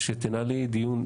שתנהלי דיון,